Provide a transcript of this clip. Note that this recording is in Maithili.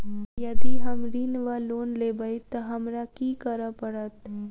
यदि हम ऋण वा लोन लेबै तऽ हमरा की करऽ पड़त?